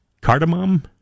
cardamom